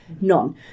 none